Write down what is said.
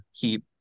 keep